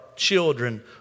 Children